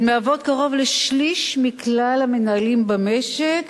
הן מהוות קרוב לשליש מכלל המנהלים במשק,